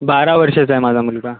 बारा वर्षाचा आहे माझा मुलगा